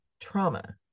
trauma